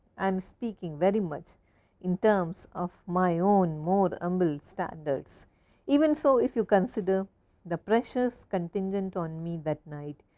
i am speaking very much in terms of my own more humble standards even. so, if you consider the pressures contingent on me that night,